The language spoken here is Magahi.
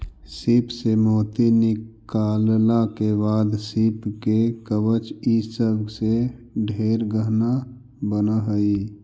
सीप से मोती निकालला के बाद सीप के कवच ई सब से ढेर गहना बन हई